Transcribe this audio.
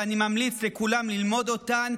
ואני ממליץ לכולם ללמוד אותן,